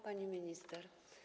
Pani Minister!